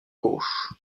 gauche